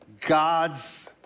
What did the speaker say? God's